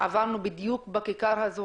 עברנו בדיוק בכיכר הזו,